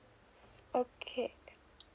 okay